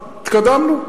התקדמנו.